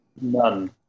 None